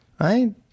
right